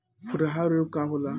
खुरहा रोग का होला?